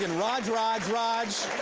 and raj, raj, raj.